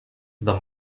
the